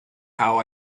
how